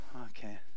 okay